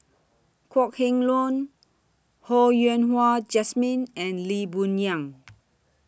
Kok Heng Leun Ho Yen Wah Jesmine and Lee Boon Yang